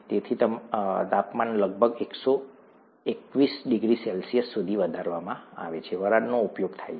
તેથી તાપમાન લગભગ 121 ડિગ્રી સેલ્સિયસ સુધી વધારવામાં આવે છે વરાળનો ઉપયોગ થાય છે